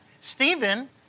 Stephen